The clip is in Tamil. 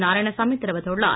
நாராயணசாமி தெரிவித்துள்ளார்